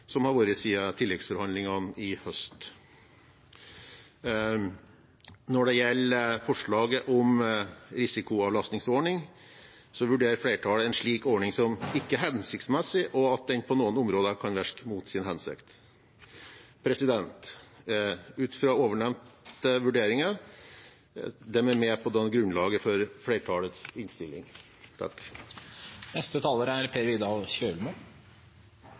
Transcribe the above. som har vært siden tilleggsforhandlingene i høst. Når det gjelder forslaget om en risikoavlastningsordning, vurderer flertallet en slik ordning som ikke hensiktsmessig og at den på noen områder kan virke mot sin hensikt. Ovennevnte vurderinger er med på å danne grunnlaget for flertallets innstilling. Situasjonen for norsk landbruk er